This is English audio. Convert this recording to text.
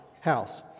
house